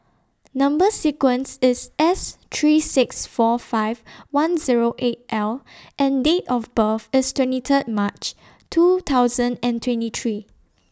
Number sequence IS S three six four five one Zero eight L and Date of birth IS twenty Third March two thousand and twenty three